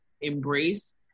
Embrace